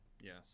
Yes